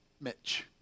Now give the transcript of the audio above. Mitch